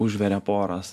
užveria poras